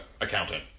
accountant